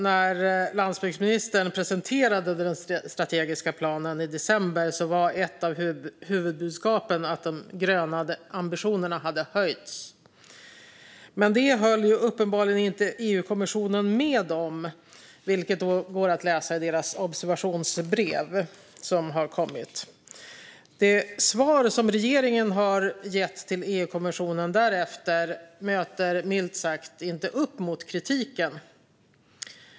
När landsbygdsministern presenterade den strategiska planen i december var ett av huvudbudskapen att de gröna ambitionerna hade höjts. Men det höll EU-kommissionen uppenbarligen inte med om, vilket går att läsa i deras observationsbrev som har kommit. Det svar som regeringen har gett till EU-kommissionen därefter möter milt sagt inte upp mot kritiken.